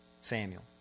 Samuel